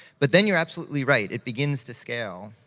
but then you're absolutely right, it begins to scale.